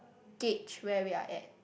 gauge where we are at